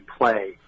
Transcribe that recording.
play